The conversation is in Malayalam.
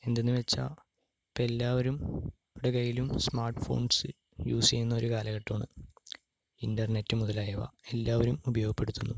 എന്തെന്ന് വെച്ചാൽ ഇപ്പോൾ എല്ലാവരുടെ കൈയ്യിലും സ്മാർട്ട് ഫോൺസ് യൂസ് ചെയ്യുന്ന ഒരു കാലഘട്ടമാണ് ഇൻ്റർനെറ്റ് മുതലായവ എല്ലാവരും ഉപയോഗപ്പെടുത്തുന്നു